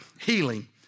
healing